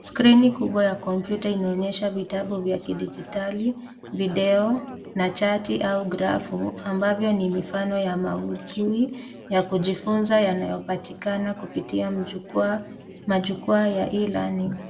Skrini kubwa ya kompyuta inaonyesha vitabu vya kidijitali, video, na chati au grafu ambavyo ni mifano ya maudhui ya kujifunza yanayopatikana kupitia majukwaa ya e-learning .